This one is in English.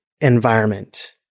environment